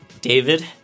David